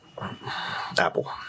Apple